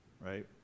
right